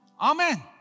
Amen